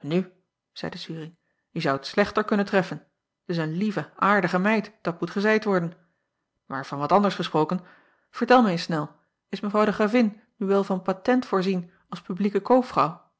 u zeide uring je zoudt slechter kunnen treffen t is een lieve aardige meid dat moet gezeid worden aar van wat anders gesproken vertel mij eens nel is evrouw de ravin nu wel van patent voorzien als publieke koopvrouw